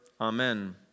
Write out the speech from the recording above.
Amen